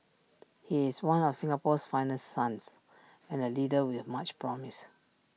he is one of Singapore's finest sons and A leader with much promise